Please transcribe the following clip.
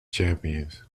champions